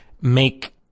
make